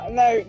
no